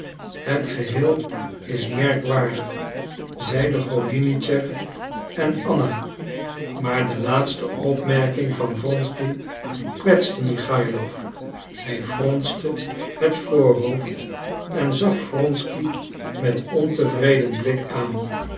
het geheel is merkwaardig zeiden golinitschef en anna maar de laatste opmerking van wronsky kwetste michaïlof hij fronste het voorhoofd en zag wronsky met een ontevreden blik aan